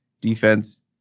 defense